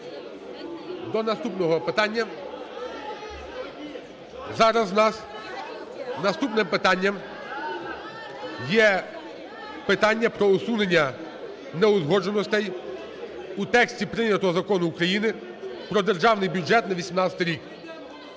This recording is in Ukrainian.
до наступного питання. Зараз у нас наступним питанням є питання про усунення неузгодженостей у тексті прийнятого Закону України про Державний бюджет на 2018 рік.